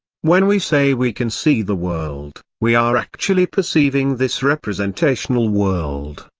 when we say we can see the world, we are actually perceiving this representational world,